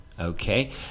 Okay